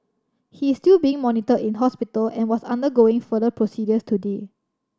he is still being monitored in hospital and was undergoing further procedures today